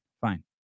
Fine